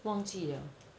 忘记 liao